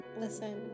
Listen